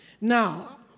Now